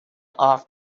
off